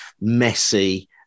messy